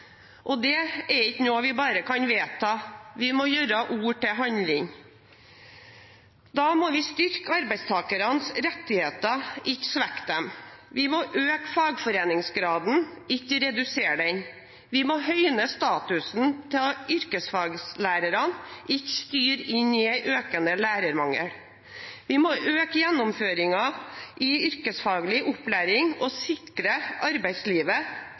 yrkesfagene. Det er ikke noe vi bare kan vedta. Vi må gjøre ord til handling. Da må vi styrke arbeidstakernes rettigheter, ikke svekke dem. Vi må øke fagforeningsgraden, ikke redusere den. Vi må høyne statusen til yrkesfaglærerne, ikke styre inn i en økende lærermangel. Vi må øke gjennomføringen i yrkesfaglig opplæring og sikre arbeidslivet